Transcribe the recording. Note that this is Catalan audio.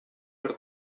per